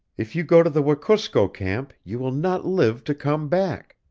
if you go to the wekusko camp you will not live to come back.